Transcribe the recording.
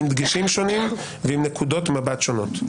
עם דגשים שונים ועם נקודות מבט שונות.